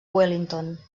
wellington